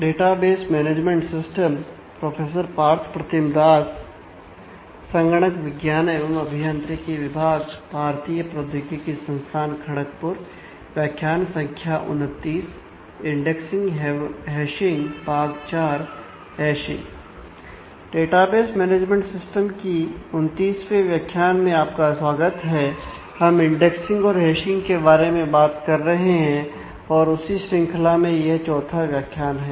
database management system के 29 वें व्याख्यान में आपका स्वागत है हम इंडेक्सिंग और हैशिंग के बारे में बात कर रहे हैं और उसी श्रृंखला में यह चौथा व्याख्यान है